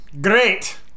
Great